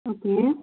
okay